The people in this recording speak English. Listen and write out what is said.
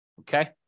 Okay